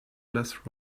less